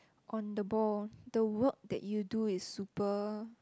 on the ball the work that you do is super